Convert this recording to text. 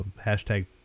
hashtag